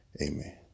Amen